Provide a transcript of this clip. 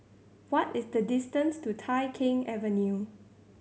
what is the distance to Tai Keng Avenue